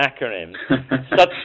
acronym